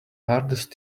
hardest